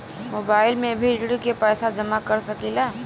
Mobile से भी ऋण के पैसा जमा कर सकी ला?